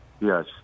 yes